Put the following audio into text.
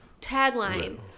Tagline